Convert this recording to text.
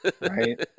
Right